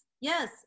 yes